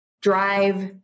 drive